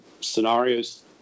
scenarios